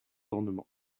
ornements